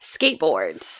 skateboards